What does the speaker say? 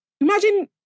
imagine